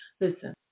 Listen